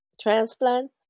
transplant